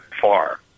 far